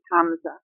Hamza